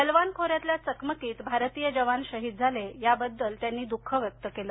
गलवान खोऱ्यातल्या चकमकीत भारतीय जवान शहीद झाले याबद्दल त्यांनी द्ःख व्यक्त केलं